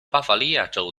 巴伐利亚州